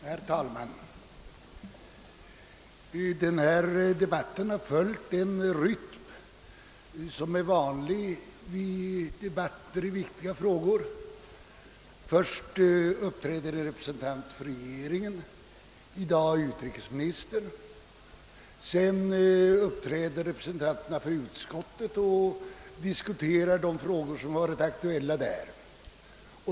Herr talman! Denna debatt har följt en rytm som är vanlig vid riksdagsdebatter i viktiga frågor. Först uppträder en representant för regeringen — i dag utrikesministern — sedan uppträder representanter för utskottet och diskuterar de frågor som varit aktuella vid ärendets behandling där.